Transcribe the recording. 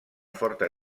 forta